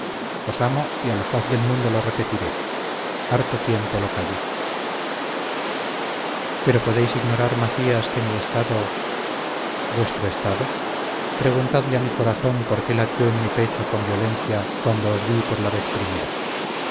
os amo y a la faz del mundo lo repetiré harto tiempo lo callé pero podéis ignorar macías que mi estado vuestro estado preguntadle a mí corazón por qué latió en mi pecho con violencia cuando os vi por la vez primera